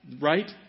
Right